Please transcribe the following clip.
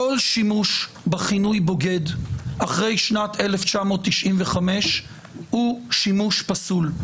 כל שימוש בכינוי בוגד אחרי שנת 1995 הוא שימוש פסול,